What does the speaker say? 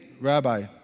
rabbi